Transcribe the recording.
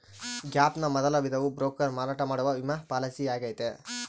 gap ನ ಮೊದಲ ವಿಧವು ಬ್ರೋಕರ್ ಮಾರಾಟ ಮಾಡುವ ವಿಮಾ ಪಾಲಿಸಿಯಾಗೈತೆ